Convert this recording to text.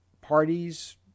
parties